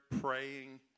praying